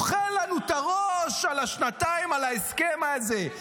אתה אוכל לנו את הראש שנתיים על ההסכם הזה.